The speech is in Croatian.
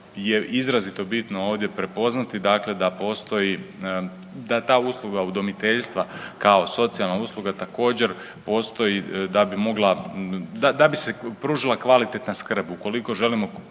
izrazito bitno ovdje prepoznati, dakle da postoji, da ta usluga udomiteljstva kao socijalna usluga također, postoji da bi mogla, da bi se pružila kvalitetna skrb, ukoliko želimo